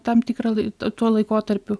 tam tikrą lai tuo laikotarpiu